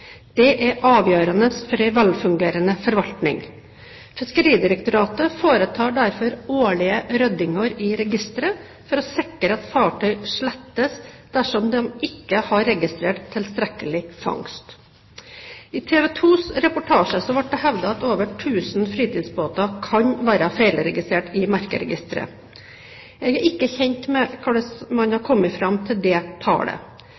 Det er avgjørende for en velfungerende forvaltning. Fiskeridirektoratet foretar derfor årlige ryddinger i registeret for å sikre at fartøy slettes dersom de ikke har registrert tilstrekkelig fangst. I TV 2s reportasje ble det hevdet at over 1 000 fritidsbåter kan være feilregistrert i merkeregisteret. Jeg er ikke kjent med hvordan man har kommet fram til det tallet.